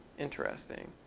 interesting.